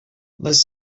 les